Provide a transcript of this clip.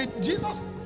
Jesus